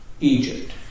Egypt